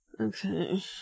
Okay